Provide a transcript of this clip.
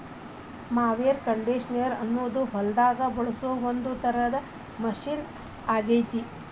mower conditioner ಅನ್ನೋದು ಹೊಲದಾಗ ಬಳಸೋ ಒಂದ್ ತರದ ಮಷೇನ್ ಆಗೇತಿ